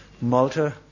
Malta